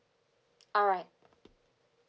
alright